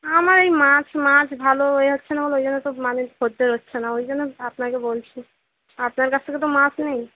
আমার এই মাছ মাছ ভালো হয়ে আসছে না বলে ওই জন্য তো মানে খদ্দের হচ্ছে না ওই জন্য আপনাকে বলছি আপনার কাছ থেকে তো মাছ নিই